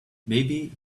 maybe